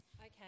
Okay